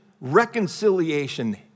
reconciliation